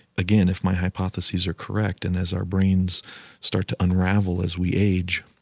again, if my hypotheses are correct and as our brains start to unravel as we age,